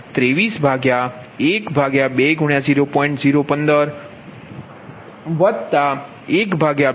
તે સમીકરણ મા ∆23120